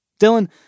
Dylan